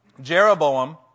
Jeroboam